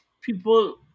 people